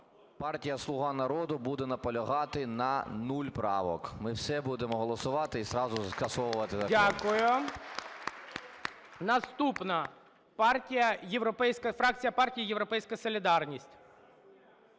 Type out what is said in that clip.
Партія "Слуга народу" буде наполягати на нуль правок. Ми все будемо голосувати і зразу скасовувати закон. ГОЛОВУЮЧИЙ. Дякую. Наступна - фракція партії "Європейська солідарність".